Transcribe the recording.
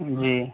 جی